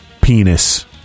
penis